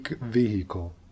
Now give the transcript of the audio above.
vehicle